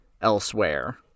elsewhere